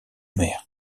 mer